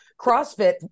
CrossFit